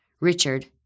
Richard